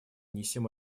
несем